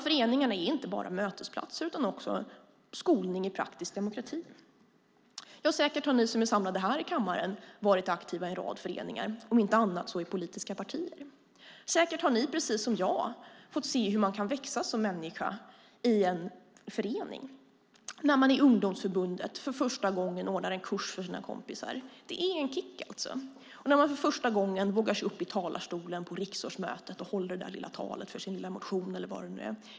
Föreningarna är inte bara mötesplatser utan också skolning i praktisk demokrati. Säkert har ni som sitter här i kammaren varit aktiva i en rad föreningar, om inte annat så i politiska partier. Säkert har ni, precis som jag, sett hur man kan växa som människa i en förening när man i ungdomsförbundet för första gången ordnar en kurs för sina kompisar. Det är en kick, precis som när man för första gången vågar sig upp i talarstolen på riksårsmötet och håller sitt tal för en motion till exempel.